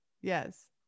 Yes